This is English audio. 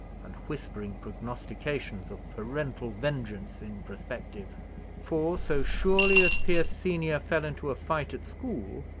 and whispering prognostications of parental vengeance in prospective for, so surely as pierce senior fell into a fight at school,